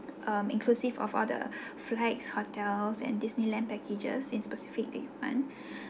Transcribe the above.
um inclusive of all the flights hotels and disneyland packages in specific day fund